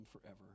forever